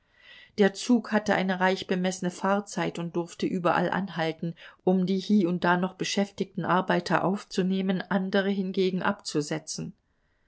der zug hatte eine reichbemessene fahrzeit und durfte überall anhalten um die hie und da noch beschäftigten arbeiter aufzunehmen andere hingegen abzusetzen